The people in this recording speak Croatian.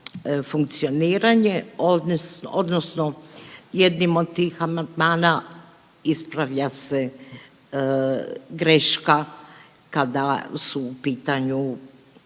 funkcioniranje, odnosno jednim od tih amandmana ispravlja se greška kada su u pitanju